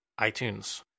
iTunes